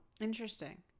Interesting